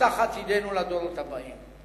ויובטח עתידנו לדורות הבאים.